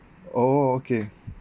orh okay